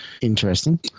Interesting